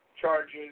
charges